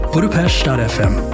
Budapest.fm